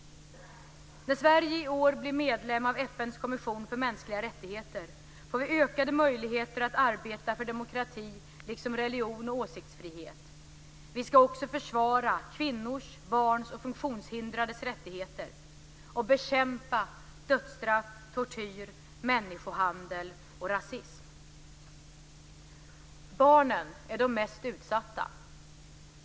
När Sverige i år blir medlem av FN:s kommission för mänskliga rättigheter får vi ökade möjligheter att arbeta för demokrati liksom religions och åsiktsfrihet. Vi ska också försvara kvinnors, barns och funktionshindrades rättigheter och bekämpa dödsstraff, tortyr, människohandel och rasism. Barnen är de mest utsatta.